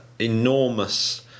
enormous